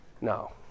No